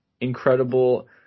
Incredible